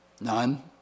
None